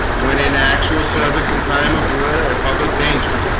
when in actual service in time of war or public danger?